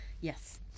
Yes